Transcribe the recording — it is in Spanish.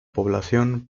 población